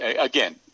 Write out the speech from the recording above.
again